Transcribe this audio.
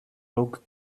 ought